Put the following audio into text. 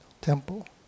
Temple